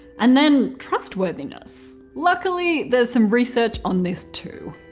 and then trustworthiness? luckily, there's some research on this too.